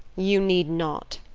you need not.